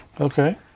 Okay